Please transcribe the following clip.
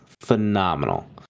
phenomenal